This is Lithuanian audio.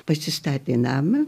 pasistatė namą